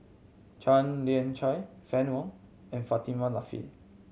Tan Lian Chye Fann Wong and Fatimah Lateef